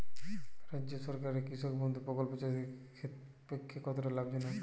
রাজ্য সরকারের কৃষক বন্ধু প্রকল্প চাষীদের পক্ষে কতটা লাভজনক?